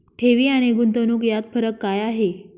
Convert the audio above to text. ठेवी आणि गुंतवणूक यात फरक काय आहे?